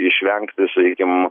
išvengti sakykim